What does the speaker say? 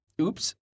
Oops